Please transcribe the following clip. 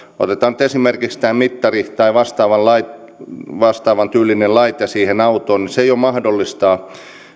otetaan nyt esimerkiksi tämä mittari tai vastaavan tyylinen laite siihen autoon niin se jo mahdollistaa